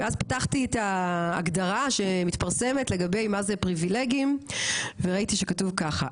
ואז פתחתי את ההגדרה שמתפרסמת לגבי מה זה פריבילגיים וראיתי שכתוב ככה,